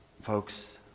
Folks